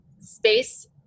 space